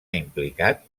implicat